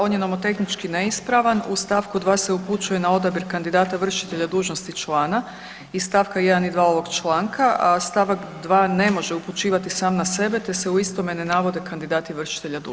On je novotehnički neispravan, u stavku 2. se upućuje na odabir kandidata vršitelja dužnosti člana iz stavka 1. i 2. ovog članka, a stavak 2. ne može upućivati sam na sebe te se u istome ne navode kandidati vršitelja dužnosti.